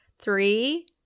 Three